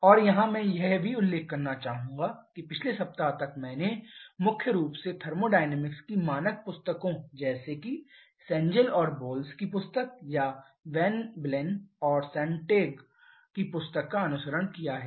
और यहाँ मैं यह भी उल्लेख करना चाहूंगा कि पिछले सप्ताह तक मैंने मुख्य रूप से थर्मोडायनामिक्स की मानक पुस्तकों जैसे कि सेंजेल और बोल्स की पुस्तक या वैन विलेन और सोनटैग की पुस्तक का अनुसरण किया है